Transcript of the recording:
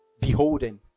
Beholding